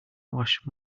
wash